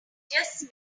just